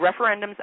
referendums